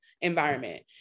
environment